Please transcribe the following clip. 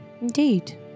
Indeed